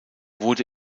wurde